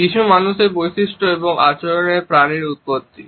কিছু মানুষের বৈশিষ্ট্য এবং আচরণের প্রাণীর উৎপত্তি